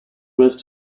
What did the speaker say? rest